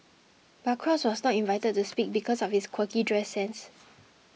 but cross was not invited to speak because of his quirky dress sense